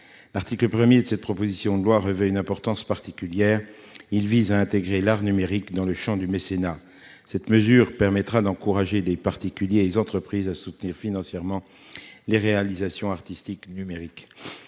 L'article 1 de cette proposition de loi revêt une importance particulière : il vise à intégrer l'art numérique dans le champ du mécénat. Cette mesure incitera les particuliers et les entreprises à soutenir financièrement les réalisations artistiques numériques.